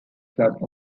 club